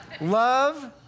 Love